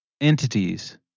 entities